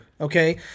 okay